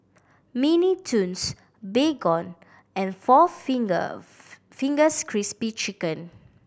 Mini Toons Baygon and four Finger Fingers Crispy Chicken